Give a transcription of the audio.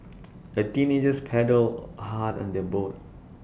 the teenagers paddled hard on their boat